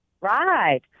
Right